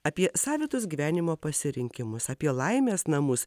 apie savitus gyvenimo pasirinkimus apie laimės namus